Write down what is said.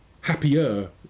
happier